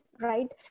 right